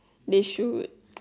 they should